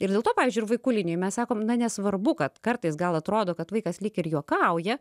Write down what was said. ir dėl to pavyzdžiui ir vaikų linijoj mes sakom na nesvarbu kad kartais gal atrodo kad vaikas lyg ir juokauja